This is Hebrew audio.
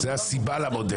זו הסיבה למודל,